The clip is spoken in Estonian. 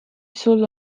sul